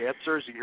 answers